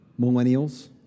Millennials